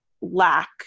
lack